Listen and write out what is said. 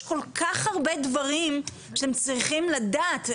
יש כל כך הרבה דברים שהם צריכים לדעת,